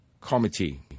committee